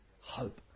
Hope